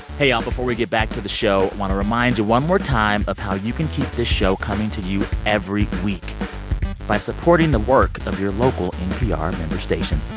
hey, y'all. before we get back to the show, want to remind you one more time of how you can keep this show coming to you every week by supporting the work of your local npr member station.